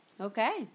Okay